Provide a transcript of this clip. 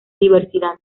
diversidad